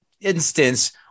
instance